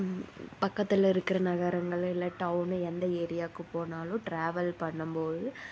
பக்கத்தில் இருக்கிற நகரங்கள் இல்லை டவுனு எந்த ஏரியாவுக்கு போனாலும் ட்ராவல் பண்ணும்போது